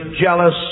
jealous